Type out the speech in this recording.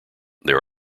there